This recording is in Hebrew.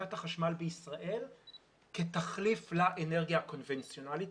אספקת החשמל בישראל כתחליף לאנרגיה הקונבנציונאלית,